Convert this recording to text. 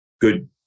good